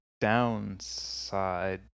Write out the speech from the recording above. downside